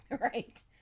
Right